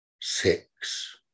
Six